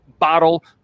Bottle